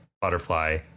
butterfly